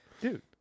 Dude